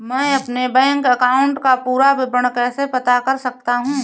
मैं अपने bank account का पूरा विवरण कैसे पता कर सकता हूँ?